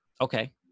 okay